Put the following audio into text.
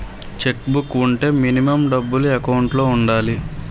Check book వుంటే minimum డబ్బులు account లో ఉండాలి?